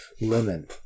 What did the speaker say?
Lemon